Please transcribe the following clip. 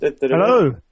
Hello